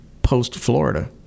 post-Florida